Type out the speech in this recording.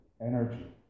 energy